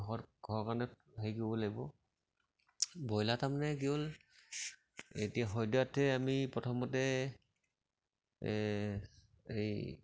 ঘৰত ঘৰ কাৰণে হেৰি কৰিব লাগিব ব্ৰইলাৰ তাৰমানে কি হ'ল এতিয়া সদ্যহতে আমি প্ৰথমতে এই